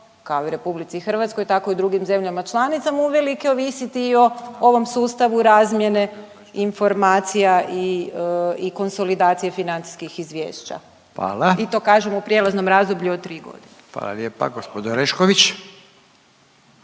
kao i u RH, tako i u drugim zemljama članicama uvelike ovisiti i o ovom sustavu razmjene informacija i konsolidacije financijskih izvješća. .../Upadica: Hvala./... I to kažem, u prijelaznom razdoblju od 3 godine. **Radin, Furio